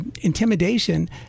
intimidation